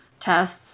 tests